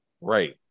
Right